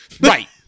Right